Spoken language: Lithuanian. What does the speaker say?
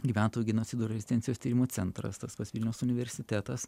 gyventojų genocido ir rezistencijos tyrimo centras tas pats vilniaus universitetas